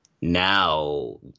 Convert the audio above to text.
now